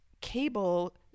cable